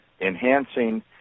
enhancing